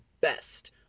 best